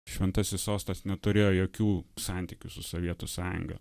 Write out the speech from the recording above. šventasis sostas neturėjo jokių santykių su sovietų sąjunga